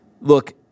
look